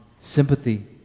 sympathy